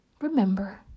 remember